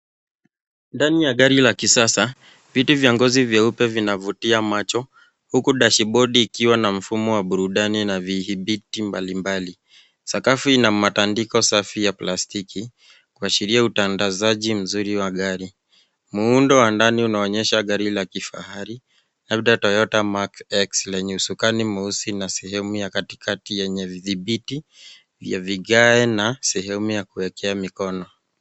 Ndani ya gari ya kisasa viti vyeupe vinavutia macho huku dashibodi ikiwa na mfumo wa burudani na vidhibiti mbalimbali. Sakafu ina matandiko safi ya plastiki kuashiria utandazaji mzuri wa gari. Muundo wa ndani unaonyesha gari la kifahari labda Toyota Mark X lenye usukani mweusi na sehemu ya katikati yenye vidhibiti na vigae na sehemu ya kuwekea mikono.